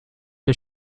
der